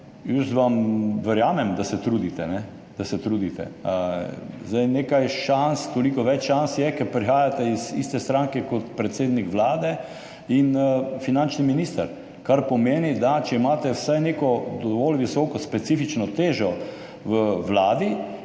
Jaz vam verjamem, da se trudite. Nekaj šans, toliko več šans je zato, ker prihajate iz iste stranke kot predsednik Vlade in finančni minister, kar pomeni, da če imate vsaj neko dovolj visoko specifično težo v Vladi,